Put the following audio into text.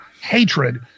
hatred